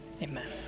Amen